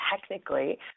technically